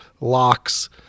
locks